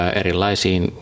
erilaisiin